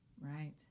Right